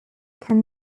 can